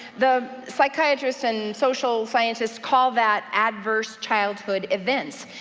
the psychiatrists and social scientists call that adverse childhood events,